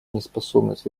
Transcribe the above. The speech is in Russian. неспособность